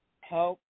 Help